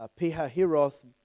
Pihahiroth